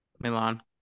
Milan